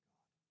God